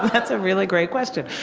that's a really great question.